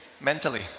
mentally